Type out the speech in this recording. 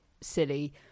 silly